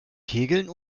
kegeln